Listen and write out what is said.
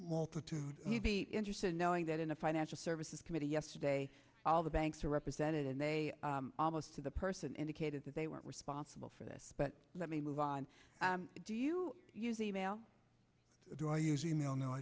multitude you'd be interested in knowing that in the financial services committee yesterday all the banks are represented and they almost to the person indicated that they weren't responsible for this but let me move on do you use e mail do i use e mail no i